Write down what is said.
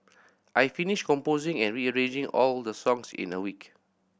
I finished composing and rearranging all the songs in a week